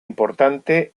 importante